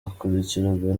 akurikirwa